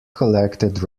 collected